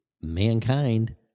mankind